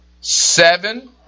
seven